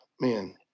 man